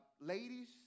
ladies